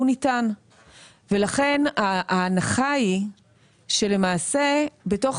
הוא ניתן ולכן ההנחה היא שלמעשה בתוך